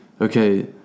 okay